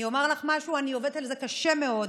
אני אומר לך משהו, אני עובדת על זה קשה מאוד,